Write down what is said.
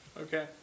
Okay